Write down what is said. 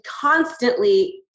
constantly